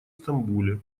стамбуле